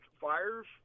Fires